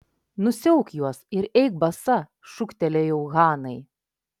nusiauk juos ir eik basa šūktelėjau hanai